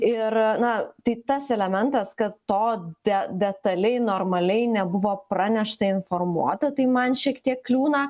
ir na tai tas elementas kad to de detaliai normaliai nebuvo pranešta informuota tai man šiek tiek kliūna